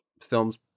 films